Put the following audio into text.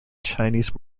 chinese